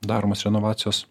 daromos renovacijos